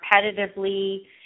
repetitively